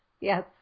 Yes